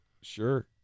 sure